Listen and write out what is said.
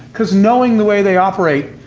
because knowing the way they operate,